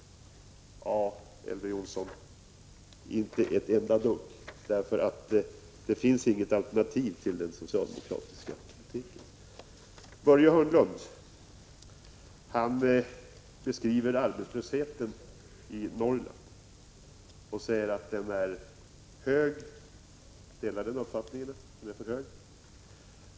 Inte ett enda dugg. Det finns inget alternativ till den socialdemokratiska politiken. Börje Hörnlund beskriver arbetslösheten i Norrland och säger att den är hög. Jag delar hans uppfattning att den är för hög.